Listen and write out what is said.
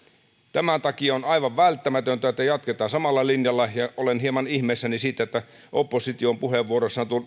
tämän takia on aivan välttämätöntä että jatketaan samalla linjalla ja olen hieman ihmeissäni siitä että oppositio on puheenvuoroissaan